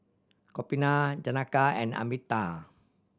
Gopinath Janaki and Amitabh